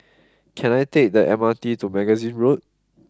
can I take the M R T to Magazine Road